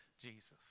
Jesus